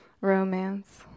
Romance